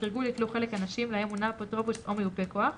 בתרגול ייטלו חלק אנשים להם מונה אפוטרופוס או מיופה כוח,